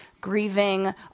grieving